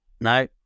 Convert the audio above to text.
No